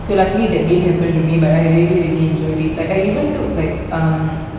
so luckily that didn't happen to me but I really really enjoyed it like I even took like um